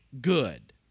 good